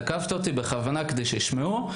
תקפת אותי בכוונה כדי שישמעו.